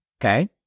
okay